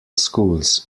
schools